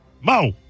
Mo